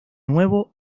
nuevo